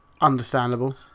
Understandable